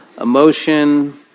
emotion